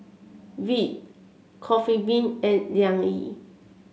Veet Coffee Bean and Liang Yi